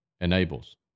enables